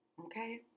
okay